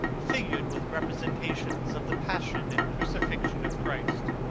figured with representations of the passion and crucifixion of christ,